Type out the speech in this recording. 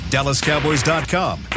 DallasCowboys.com